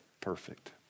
perfect